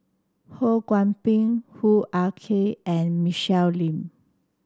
Ho Kwon Ping Hoo Ah Kay and Michelle Lim